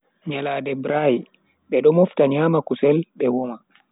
Nyalande braai, bedo mofta nyama kusel be woma.